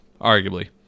arguably